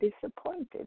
disappointed